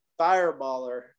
fireballer